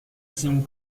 sin